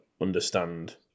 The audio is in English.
understand